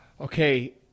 Okay